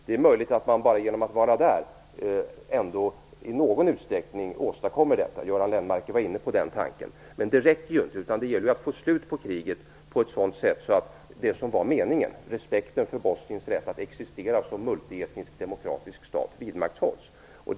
Det är möjligt att man bara genom att vara där ändå i någon utsträckning åstadkommer detta - Göran Lennmarker var inne på den tanken - men det räcker inte, utan det gäller att få slut på kriget på ett sådant sätt att, som meningen var, respekten för Bosniens rätt att existera som multietnisk demokratisk stat vidmakthålls.